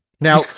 now